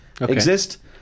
exist